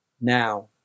now